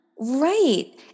Right